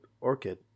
Orchid